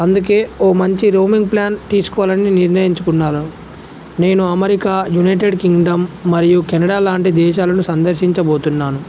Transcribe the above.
అందుకే ఓ మంచి రోమింగ్ ప్లాన్ తీసుకోవాలని నిర్ణయించుకున్నారు నేను అమెరికా యునైటెడ్ కింగ్డమ్ మరియు కెనడా లాంటి దేశాలను సందర్శించబోతున్నాను